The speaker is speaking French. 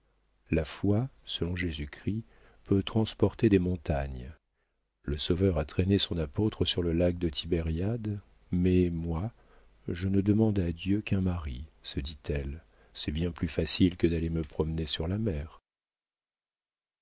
la foi selon jésus-christ peut transporter des montagnes le sauveur a traîné son apôtre sur le lac de tibériade mais moi je ne demande à dieu qu'un mari se dit-elle c'est bien plus facile que d'aller me promener sur la mer